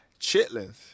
chitlins